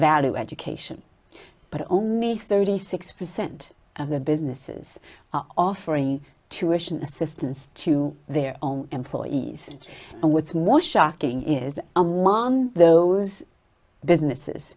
value education but only thirty six percent of the businesses are offering to wish an assistance to their own employees and what's more shocking is that i'm on those businesses